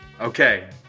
okay